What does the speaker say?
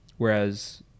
Whereas